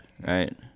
right